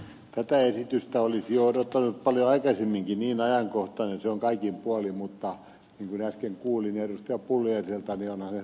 tätä esitystä olisi odottanut paljon aikaisemminkin niin ajankohtainen se on kaikin puolin mutta minäkin kuulin kertopuulevyä tapio marin